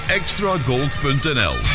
extragold.nl